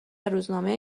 روزنامه